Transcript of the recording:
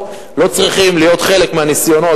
לא צריכים להיות חלק מהניסיונות,